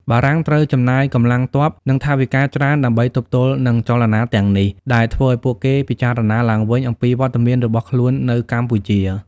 បារាំងត្រូវចំណាយកម្លាំងទ័ព និងថវិកាច្រើនដើម្បីទប់ទល់នឹងចលនាទាំងនេះ ដែលធ្វើឱ្យពួកគេពិចារណាឡើងវិញអំពីវត្តមានរបស់ខ្លួននៅកម្ពុជា។